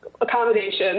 accommodation